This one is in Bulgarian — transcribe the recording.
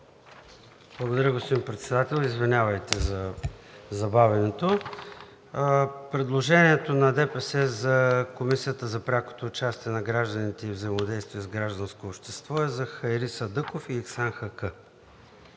Благодаря, господин Председател. Извинявайте за забавянето. Предложението на ДПС за Комисията за прякото участие на гражданите и взаимодействие с гражданското общество е за Хайри Садъков и Ихсан